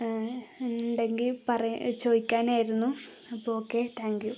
ഉണ്ടെങ്കില് ചോദിക്കാനായിരുന്നു അപ്പോള് ഓക്കെ താങ്ക്യൂ